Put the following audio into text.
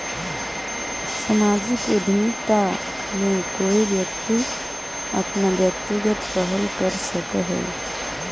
सामाजिक उद्यमिता में कोई व्यक्ति अपन व्यक्तिगत पहल कर सकऽ हई